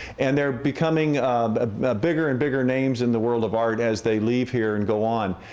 and they're becoming ah bigger and bigger names in the world of art as they leave here and go on.